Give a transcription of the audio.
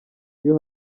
iyo